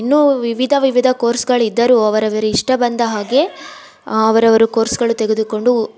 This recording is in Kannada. ಇನ್ನೂ ವಿವಿಧ ವಿವಿಧ ಕೋರ್ಸ್ಗಳಿದ್ದರೂ ಅವರವರ ಇಷ್ಟ ಬಂದ ಹಾಗೆ ಅವರವರು ಕೋರ್ಸ್ಗಳು ತೆಗೆದುಕೊಂಡು